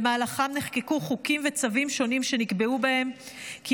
שבמהלכם נחקקו חוקים וצווים שונים שנקבע בהם כי